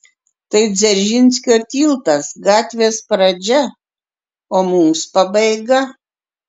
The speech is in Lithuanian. tai dzeržinskio tiltas gatvės pradžia o mums pabaiga